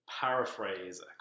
paraphrase